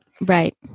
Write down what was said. Right